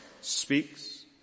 speaks